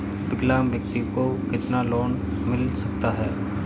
विकलांग व्यक्ति को कितना लोंन मिल सकता है?